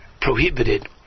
prohibited